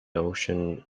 ocean